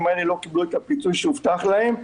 האלה לא קיבלו את הפיצוי שהובטח להם.